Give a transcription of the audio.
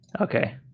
Okay